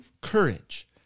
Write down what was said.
courage